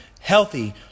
healthy